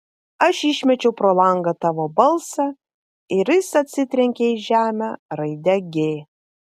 aš išmečiau pro langą tavo balsą ir jis atsitrenkė į žemę raide g